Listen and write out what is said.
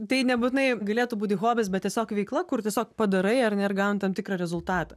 tai nebūtinai galėtų būti hobis bet tiesiog veikla kur tiesiog padarai ar ne ir gauni tam tikrą rezultatą